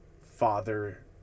father